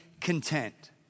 content